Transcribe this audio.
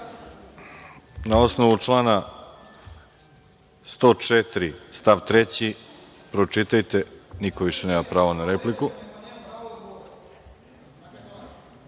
osnovu člana 104. stav 3, pročitajte, niko više nema pravo na repliku.(Balša